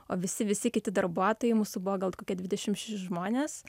o visi visi kiti darbuotojai mūsų buvo gal kokie dvidešim šeši žmonės